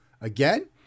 again